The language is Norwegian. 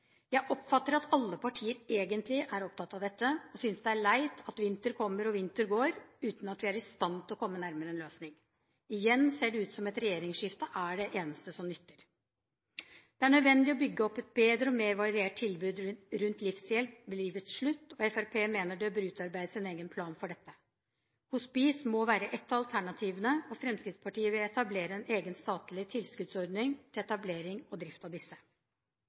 Jeg oppfatter at alle parter egentlig er opptatt av dette og synes det er leit at vinter kommer og vinter går uten at vi er i stand til å komme nærmere en løsning. Igjen ser det ut til at et regjeringsskifte er det eneste som nytter. Det er nødvendig å bygge opp et bedre og mer variert tilbud rundt livshjelp ved livets slutt, og Fremskrittspartiet mener det bør utarbeides en egen plan for dette. Hospice må være ett av alternativene, og Fremskrittspartiet vil etablere en egen statlig tilskuddsordning til etablering og drift av disse.